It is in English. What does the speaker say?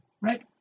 right